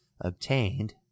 obtained